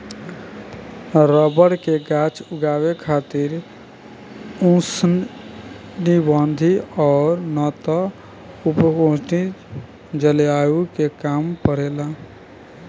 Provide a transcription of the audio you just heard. rubber के गाछ उगावे खातिर उष्णकटिबंधीय और ना त उपोष्णकटिबंधीय जलवायु के काम परेला